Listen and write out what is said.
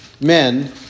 men